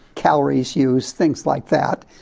calories used, things like that.